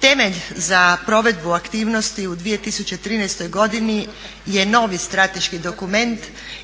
Temelj za provedbu aktivnosti u 2013.godini je novi strateški dokument